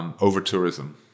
over-tourism